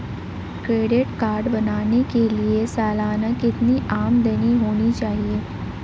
Credit card बनाने के लिए सालाना कितनी आमदनी होनी चाहिए?